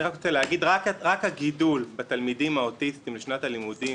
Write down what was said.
אני רק רוצה להגיד: רק הגידול בתלמידים האוטיסטים לשנת הלימודים